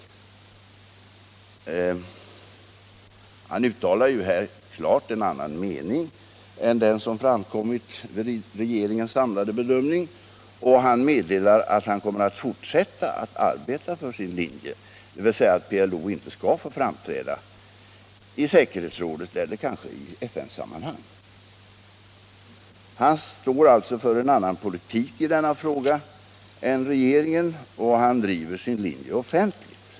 Herr Ahlmark uttalar här klart en annan mening än den som framkommit vid regeringens samlade bedömning, och han meddelar att han kommer att fortsätta att arbeta för sin linje, dvs. att PLO inte skall få framträda i säkerhetsrådet eller kanske i FN-sammanhang över huvud taget. Herr Ahlmark står alltså för en annan politik än regeringen i den här frågan och han driver sin linje offentligt.